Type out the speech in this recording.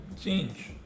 change